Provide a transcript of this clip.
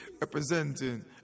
representing